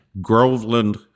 Groveland